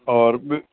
और ॿि